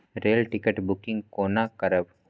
Rail ticket booking कोना करब?